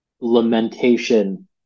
lamentation